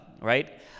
right